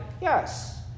Yes